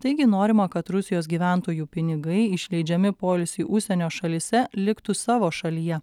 taigi norima kad rusijos gyventojų pinigai išleidžiami poilsiui užsienio šalyse liktų savo šalyje